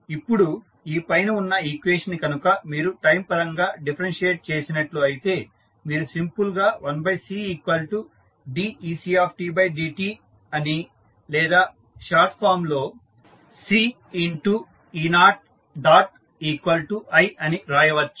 ఇప్పుడు ఈ పైన ఉన్న ఈక్వేషన్ ని కనుక మీరు టైమ్ పరంగా డిఫరెన్షియేట్ చేసినట్లు అయితే మీరు సింపుల్ గా iCde0dt అని లేదా షార్ట్ ఫామ్ లో Ce0i అని రాయవచ్చు